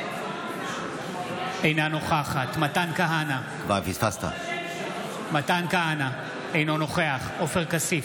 אינה נוכחת מתן כהנא, אינו נוכח עופר כסיף,